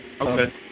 Okay